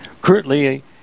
Currently